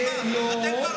אתם פרצתם את זה.